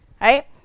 right